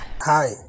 Hi